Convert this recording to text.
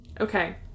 Okay